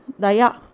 daya